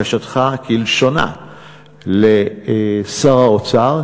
אני אעביר את בקשתך כלשונה לשר האוצר.